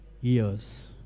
years